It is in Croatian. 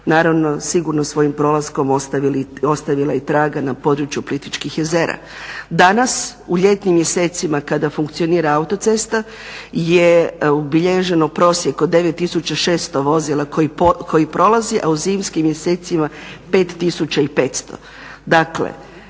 naravno sigurno svojim prolaskom ostavila i traga na području Plitvičkih jezera. Danas, u ljetnim mjesecima kada funkcionira autocesta je obilježen prosjek od 9600 vozila koji prolazi a u zimskim mjesecima 5500.